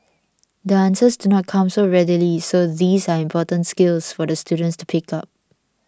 the answers do not come so readily so these are important skills for the students to pick up